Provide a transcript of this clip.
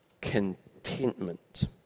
contentment